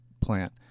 plant